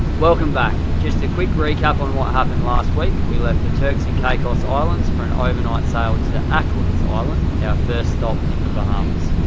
welcome back! just a quick recap on what happened last week. we left the turks and caicos islands for an overnight sail to acklins island, our yeah first stop in the bahamas.